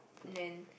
and then